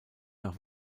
nach